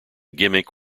gimmick